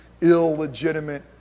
illegitimate